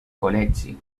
col·legi